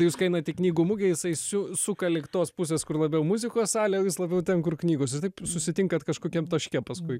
tai jūs kai einat į knygų mugę jisai siu suka link tos pusės kur labiau muzikos salė o jūs labiau ten kur knygos ir taip susitinkat kažkokiam taške paskui